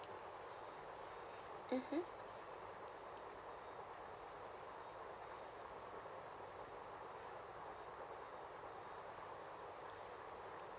mmhmm